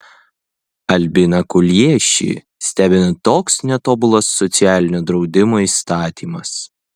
albiną kuliešį stebina toks netobulas socialinio draudimo įstatymas